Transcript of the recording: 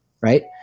right